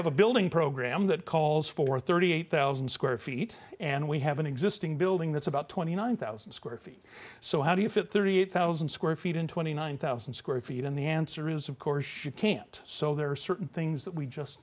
have a building program that calls for thirty eight thousand square feet and we have an existing building that's about twenty nine thousand square feet so how do you fit thirty eight thousand square feet in twenty nine thousand square feet and the answer is of course you can't so there are certain things that we just